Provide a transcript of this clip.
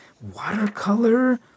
watercolor